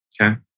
Okay